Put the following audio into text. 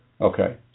Okay